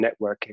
networking